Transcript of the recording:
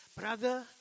brother